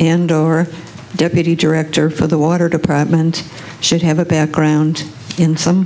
and or deputy director for the water deprived and should have a background in some